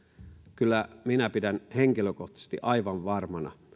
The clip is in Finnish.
kyllä minä pidän henkilökohtaisesti aivan varmana